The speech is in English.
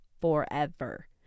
forever